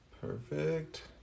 Perfect